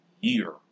year